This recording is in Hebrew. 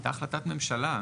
הייתה החלטת ממשלה,